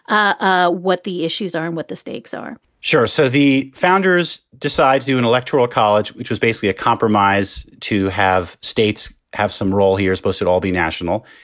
ah what the issues are and what the stakes are sure. so the founders decides do an electoral college, which was basically a compromise, to have states have some role here, suppose to to all be national.